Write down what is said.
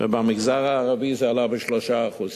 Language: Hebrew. ובמגזר הערבי זה עלה ב-3%.